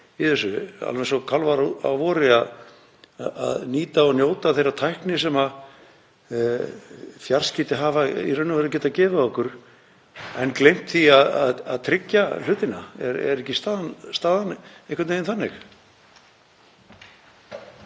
í þessu, alveg eins og kálfar á vori, að nýta og njóta þeirrar tækni sem fjarskipti hafa í raun og veru getað gefið okkur en höfum gleymt því að tryggja hlutina? Er ekki staðan einhvern veginn þannig?